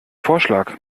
vorschlag